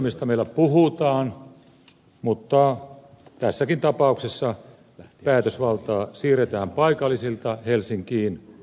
alueellistamisesta meillä puhutaan mutta tässäkin tapauksessa päätösvaltaa siirretään paikallisilta helsinkiin ja tukholmaan